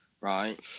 right